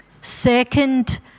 Second